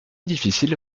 difficile